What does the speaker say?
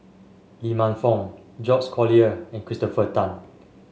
Lee Man Fong Georges Collyer and Christopher Tan